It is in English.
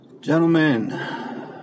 gentlemen